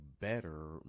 better